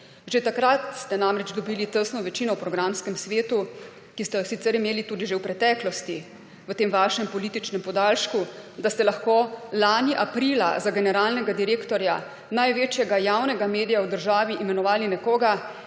Že takrat ste namreč dobili tesno večino v programskem svetu, ki ste jo sicer imeli tudi že v preteklosti v tem vašem političnem podaljšku, da ste lahko lani aprila za generalnega direktorja največjega javnega medija v državi imenovali nekoga,